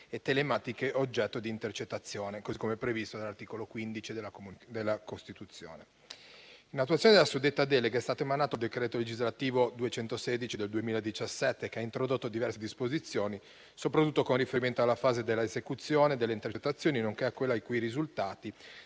telematiche oggetto di intercettazione, così come previsto nell'articolo 15 della Costituzione. In attuazione della suddetta delega è stato emanato il decreto legislativo n. 216 del 2017, che ha introdotto diverse disposizioni, soprattutto con riferimento alla fase della esecuzione delle intercettazioni, nonché a quella in cui i risultati